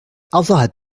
außerhalb